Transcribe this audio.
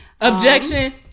Objection